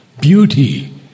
Beauty